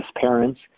parents